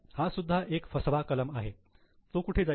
हा सुद्धा एक फसवा कलम आहे तो कुठे जाईल